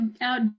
out